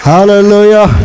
Hallelujah